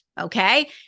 Okay